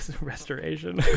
Restoration